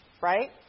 Right